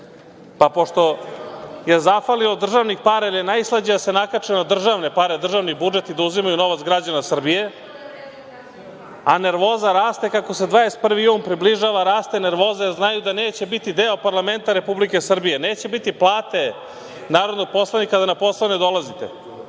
pa pošto je zahvalilo državnih para, jer je najslađe da se nakače na državne pare, na državni budžet i da uzimaju novac građana Srbije, a nervoza raste. Kako se 21. jun približava, raste nervoza, jer znaju da neće biti deo parlamenta Republike Srbije, neće biti plate narodnog poslanika, a da na posao ne dolazite